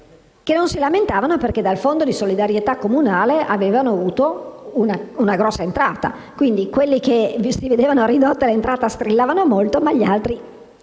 non si lamentavano affatto, perché dal fondo di solidarietà comunale avevano avuto una grossa entrata. Quindi quelli che si vedevano ridotta l'entrata strillavano molto, ma gli altri